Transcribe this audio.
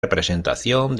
representación